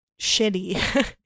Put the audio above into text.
shitty